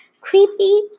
creepy